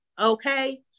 okay